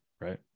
right